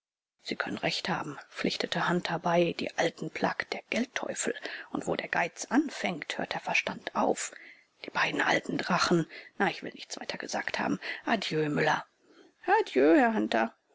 sie können recht haben pflichtete hunter bei die alten plagt der geldteufel und wo der geiz anfängt hört der verstand auf die beiden alten drachen na ich will nichts weiter gesagt haben adieu müller adjöh herr hunter